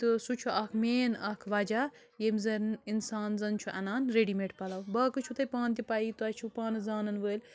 تہٕ سُہ چھُ اَکھ مین اَکھ وَجہ ییٚمہِ زَن اِنسان زن چھُ اَنان ریٚڈی میٹ پَلو باقٕے چھُ تُہۍ پانہٕ تہِ پیی تُہۍ چھُو پانہٕ زانن وٲلۍ